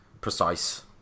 precise